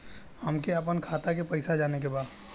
हमके आपन खाता के पैसा जाने के बा